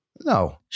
No